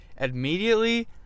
immediately